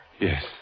Yes